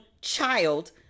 child